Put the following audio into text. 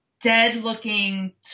dead-looking